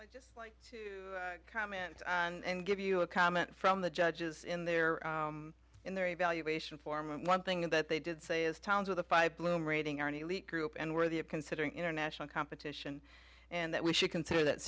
i'd just like to come in and give you a comment from the judges in their in their evaluation form and one thing that they did say is towns with a five bloom rating are an elite group and worthy of considering international competition and that we should consider that